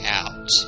out